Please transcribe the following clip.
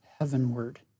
heavenward